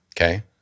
Okay